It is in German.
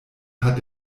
hat